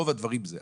רוב הדברים זה אלה.